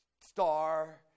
star